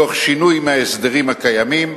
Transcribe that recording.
תוך שינוי מההסדרים הקיימים,